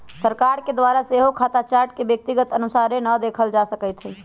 सरकार के द्वारा सेहो खता चार्ट के व्यक्तिगत अनुसारे न देखल जा सकैत हइ